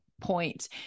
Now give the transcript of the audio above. point